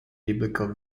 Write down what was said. biblical